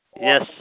Yes